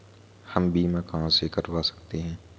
हम बीमा कहां से करवा सकते हैं?